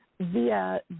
via